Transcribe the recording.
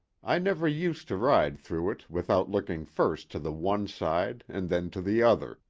i never used to ride through it without looking first to the one side and then to the other,